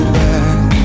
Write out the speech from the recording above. back